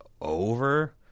over